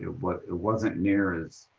you know but it wasn't near as